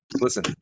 Listen